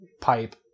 pipe